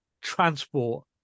transport